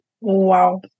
Wow